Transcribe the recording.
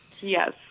Yes